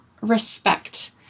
respect